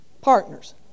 partners